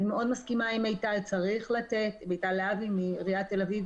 אני מאוד מסכימה עם מיטל להבי מעירית תל אביב,